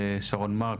שרון מרק,